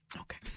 Okay